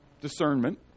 discernment